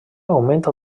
augmenta